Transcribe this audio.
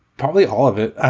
probably all of it. ah